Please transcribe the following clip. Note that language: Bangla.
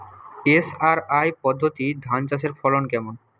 এস.আর.আই পদ্ধতি ধান চাষের ফলন কেমন?